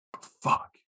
Fuck